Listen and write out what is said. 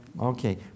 Okay